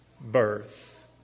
birth